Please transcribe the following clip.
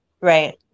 Right